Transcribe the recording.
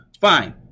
Fine